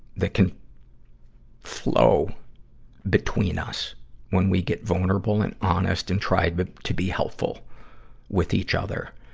that can flow between us when we get vulnerable and honest and try but to be helpful with each other.